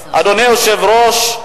אדוני היושב-ראש,